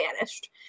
vanished